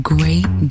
Great